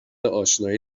اشنایی